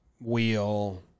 wheel